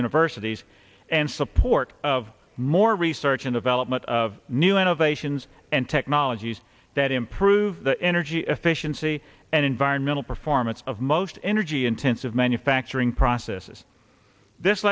universities and support of more research and development of new innovations and technologies that improve the energy fish and sea and environmental performance of most energy intensive manufacturing processes this